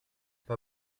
pas